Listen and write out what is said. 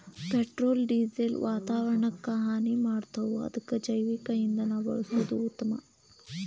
petrol diesel ವಾತಾವರಣಕ್ಕ ಹಾನಿ ಮಾಡ್ತಾವ ಅದಕ್ಕ ಜೈವಿಕ ಇಂಧನಾ ಬಳಸುದ ಉತ್ತಮಾ